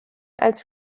als